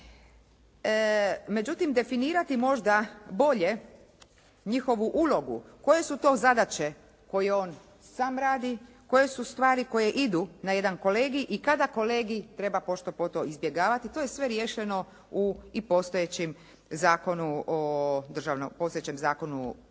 Međutim definirati možda bolje njihovu ulogu koje su to zadaće koje on sam radi, koje su stvari koje idu na jedan kolegij i kada kolegij treba pošto poto izbjegavati, to je sve riješeno u i postojećem Zakonu o državnom odvjetništvu.